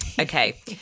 Okay